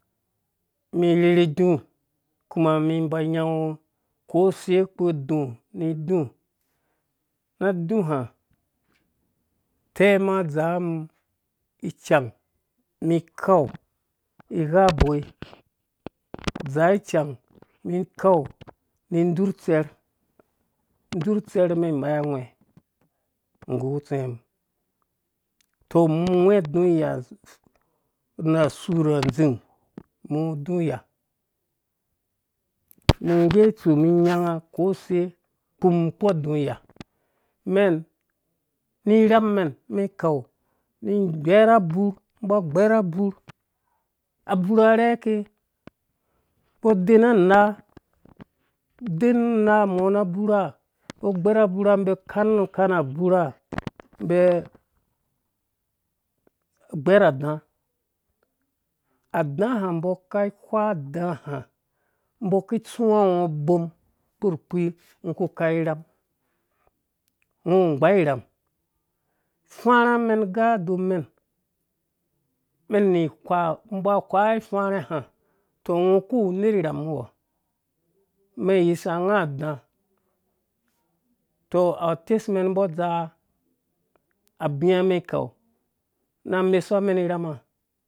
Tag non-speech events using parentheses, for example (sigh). Mi rherhi idu kuma mi ba nuagwhu kose kpu idu nu idu na aduha utɛ mum adzaa icang mi kai gha uboi (noise) dzaa icang mi kaunindzur utsɛr dzur utsɛr mɛn umai awhɛɛ nggu utsɛɛmum to mum iwu whɛɛ duga na su rha adzing (noise) mum iwu duya (noise) ngga stu mum nyanga kose kpum kpu aduya mɛn nu irham mɛn. mɛm khau nu ghɛr abuur ba gbɛr abuur abuur arhɛke mbɔ denu naden naa mɔ knukan aburha mbɔ (unintelligible) gbɛr ada adadahambɔ ka wha daha mbɔ ki tsuwa ngɔ ubom kpurkpii ngɔ ku khau irham ngɔ igbaa irham ifarha mem nu gado mem men nu wha ba wha ifarhaha toh ngɔ ku uwu unerha inham nu wɔ men iyisa nga ada toh atɛmɛn mbɔ dza abia men khau na mesuwa mɛm irhama